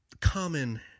common